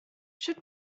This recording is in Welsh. sut